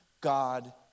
God